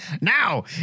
Now